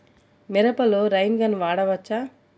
మిరపలో rain gun వాడవచ్చా?